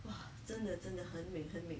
!wah! 真的真的很美很美